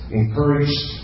encouraged